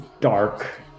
dark